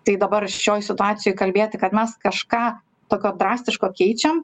tai dabar šioj situacijoj kalbėti kad mes kažką tokio drastiško keičiam